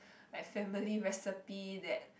like family recipe that